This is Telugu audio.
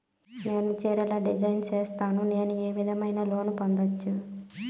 నేను చీరలు డిజైన్ సేస్తాను, నేను ఏ విధమైన లోను పొందొచ్చు